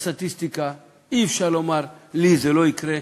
לפי הסטטיסטיקה אי-אפשר לומר: לי זה לא יקרה,